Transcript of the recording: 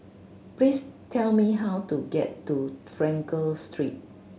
please tell me how to get to Frankel Street